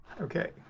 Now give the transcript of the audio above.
Okay